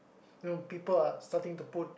you know people are starting to put